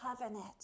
covenant